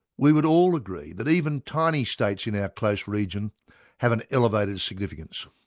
we would all agree that even tiny states in our close region have an elevated significance.